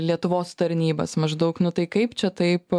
lietuvos tarnybas maždaug nu tai kaip čia taip